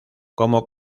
como